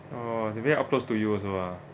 oh they very up close to you also ah